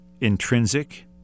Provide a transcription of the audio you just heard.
intrinsic